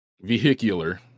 VEHICULAR